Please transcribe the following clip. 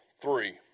three